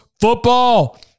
football